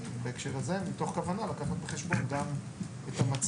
מתוך כוונה לקחת בחשבון את המצב,